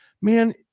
man